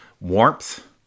warmth